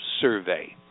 survey